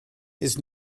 his